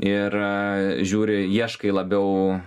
ir žiūri ieškai labiau